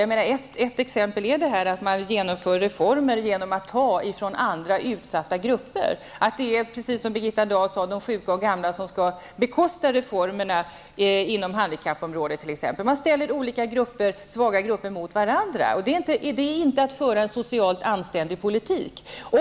Ett exempel på detta är att man genomför reformer genom att ta från andra utsatta grupper. Det är, precis som Birgitta Dahl sade, de sjuka och gamla som t.ex. skall bekosta reformerna inom handikappområdet. Man ställer svaga grupper mot varandra. Det är inte att föra en socialt anständig politik.